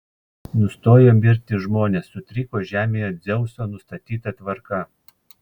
nustojo mirti žmonės sutriko žemėje dzeuso nustatyta tvarka